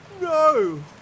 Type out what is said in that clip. No